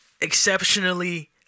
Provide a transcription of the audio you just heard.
exceptionally